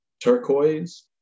turquoise